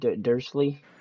Dursley